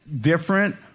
different